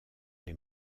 les